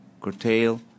curtail